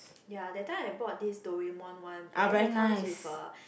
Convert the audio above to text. ya the time I bought this Doraemon one then it comes with a